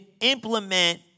implement